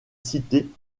cités